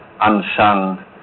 unsung